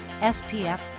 SPF